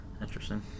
Interesting